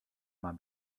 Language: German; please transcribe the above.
man